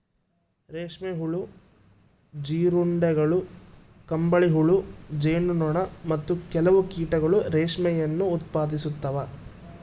ರೇಷ್ಮೆ ಹುಳು, ಜೀರುಂಡೆಗಳು, ಕಂಬಳಿಹುಳು, ಜೇನು ನೊಣ, ಮತ್ತು ಕೆಲವು ಕೀಟಗಳು ರೇಷ್ಮೆಯನ್ನು ಉತ್ಪಾದಿಸ್ತವ